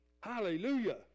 Hallelujah